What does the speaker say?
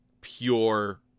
pure